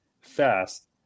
fast